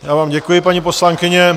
Já vám děkuji, paní poslankyně.